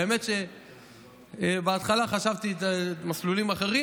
האמת היא שבהתחלה חשבתי על מסלולים אחרים,